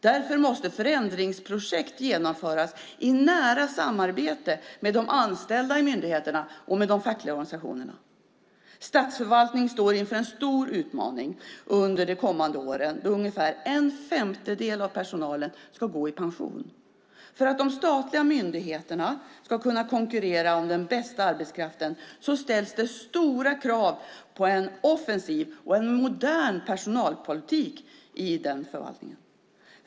Därför måste förändringsprojekt genomföras i nära samarbete med de anställda i myndigheterna och med de fackliga organisationerna. Statsförvaltningen står inför en stor utmaning under de kommande åren, då ungefär en femtedel av personalen ska gå i pension. För att de statliga myndigheterna ska kunna konkurrera om den bästa arbetskraften ställs det stora krav på en offensiv och modern personalpolitik i den förvaltningen.